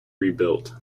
rebuilt